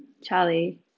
Charlie